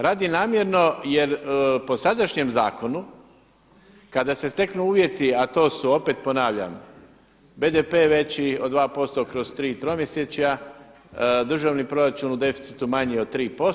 Radi namjerno jer po sadašnjem zakonu kada se steknu uvjeti a to su opet ponavljam BDP veći od 2% kroz tri tromjesečja, državni proračun u deficitu manji od 3%